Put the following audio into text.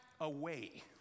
away